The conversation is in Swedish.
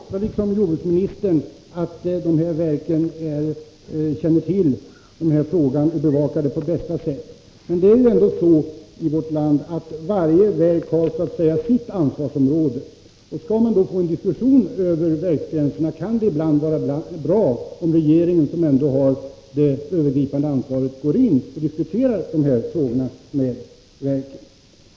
Herr talman! Liksom jordbruksministern tror också jag att de här verken känner till problemen och att de bevakar frågan på bästa sätt. Men varje verk har ju sitt ansvarsområde, och för att få en diskussion över verksgränserna kan det ibland vara bra om regeringen, som ändå har det övergripande ansvaret, tar initiativ till en sådan diskussion med verken.